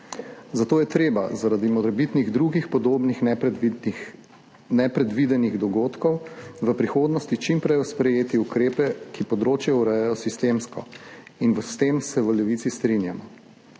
Zato je treba zaradi morebitnih drugih podobnih nepredvidenih dogodkov v prihodnosti čim prej sprejeti ukrepe, ki področje urejajo sistemsko. In s tem se v Levici strinjamo.